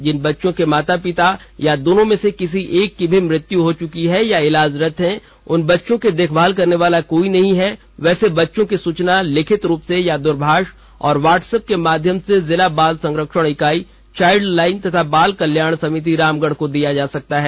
जिन बच्चों के माता पिता या दोनों में से किसी एक की भी मृत्यु हो चुकी है या इलाजरत हैं और उन बच्चों की देखभाल करने वाला कोई नहीं है वैसे बच्चों की सूचना लिखित रूप से या दूरभाष और व्हाट्सएप के माध्यम से जिला बाल संरक्षण इकाई चाइल्डलाइन तथा बाल कल्याण समिति रामगढ़ को दे सकते हैं